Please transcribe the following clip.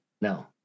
No